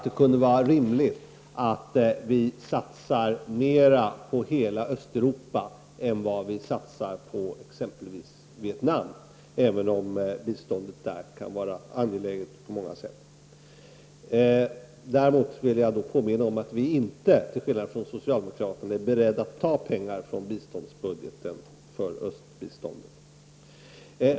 Det är rimligt att vi satsar mera på hela Östeuropa än vad vi satsar på exempelvis Vietnam, även om biståndet där kan vara angeläget på många sätt. Däremot vill jag påminna om att vi i centern, till skillnad från socialdemokraterna, inte är beredda att ta pengar från biståndsbudgeten för östbiståndet.